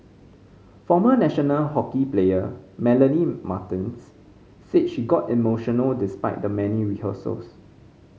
former national hockey player Melanie Martens said she got emotional despite the many rehearsals